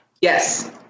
Yes